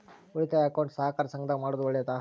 ಉಳಿತಾಯ ಅಕೌಂಟ್ ಸಹಕಾರ ಸಂಘದಾಗ ಮಾಡೋದು ಒಳ್ಳೇದಾ?